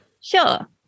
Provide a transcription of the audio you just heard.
Sure